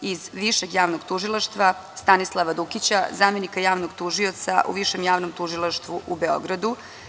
Iz Višeg javnog tužilaštva Stanislava Dukića, zamenika javnog tužioca u Višem javnom tužilaštvu u Beogradu.